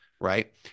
right